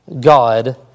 God